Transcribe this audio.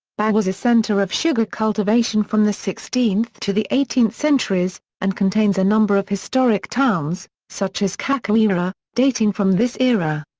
was a center of sugar cultivation from the sixteenth to the eighteenth centuries, and contains a number of historic towns, such as cachoeira, dating from this era.